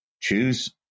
choose